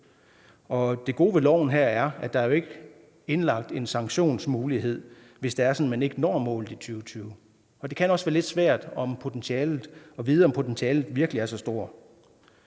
Det gode ved lovforslaget her er, at der jo ikke er indlagt en sanktionsmulighed, hvis det er sådan, at man ikke når målet i 2020. Det kan også være lidt svært at vide, om potentialet virkelig er så stort.